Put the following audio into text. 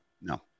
No